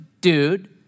dude